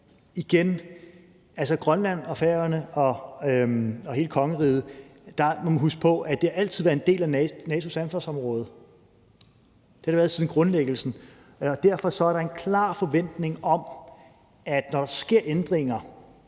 på, at Grønland og Færøerne og hele kongeriget altid har været en del af NATO's ansvarsområde. Det har det været siden grundlæggelsen. Derfor er der en klar forventning om, når der sker ændringer